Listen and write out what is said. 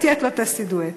אתי את לא תעשי דואט.